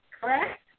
correct